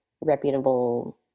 reputable